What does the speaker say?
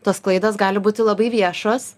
tos klaidos gali būti labai viešos